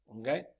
Okay